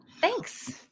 Thanks